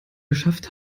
geschafft